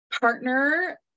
partner